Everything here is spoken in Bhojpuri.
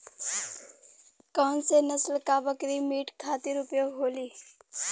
कौन से नसल क बकरी मीट खातिर उपयोग होली?